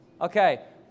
Okay